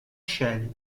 shell